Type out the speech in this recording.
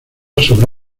sobre